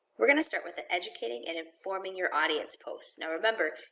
we're gonna start with an educating and informing your audience post. now remember,